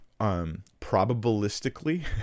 probabilistically